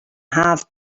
have